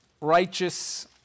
righteous